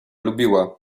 lubiła